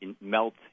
melt